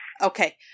Okay